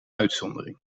uitzondering